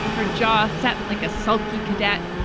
her jaw set like a sulky cadet,